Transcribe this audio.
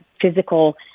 physical